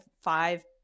five